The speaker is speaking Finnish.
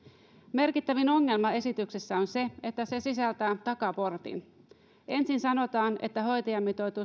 merkittävin ongelma esityksessä on se että se sisältää takaportin ensin sanotaan että hoitajamitoitus